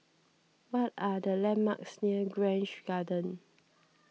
what are the landmarks near Grange Garden